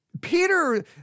Peter